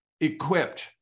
equipped